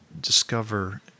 discover